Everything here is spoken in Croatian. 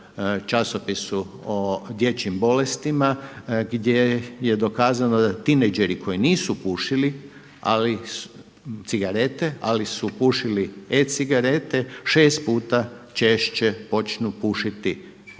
časopisu o dječjim bolestima gdje je dokazano da tineđeri koji nisu pušili cigarete, ali su pušili e-cigarete 6 puta češće počnu pušiti prave